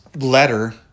Letter